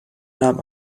nahm